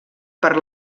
per